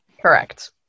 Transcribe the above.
Correct